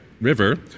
River